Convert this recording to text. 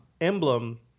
emblem